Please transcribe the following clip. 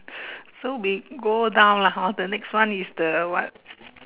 so we go down lah hor the next one is the what